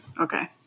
Okay